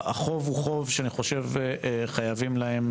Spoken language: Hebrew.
והחוב הוא חוב שאני חושב שחייבים להם